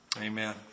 Amen